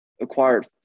acquired